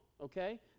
Okay